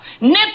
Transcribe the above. nip